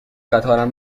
قطارم